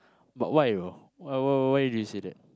but why tho why why why do you say that